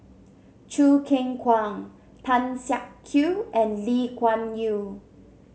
Choo Keng Kwang Tan Siak Kew and Lee Kuan Yew